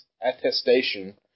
attestation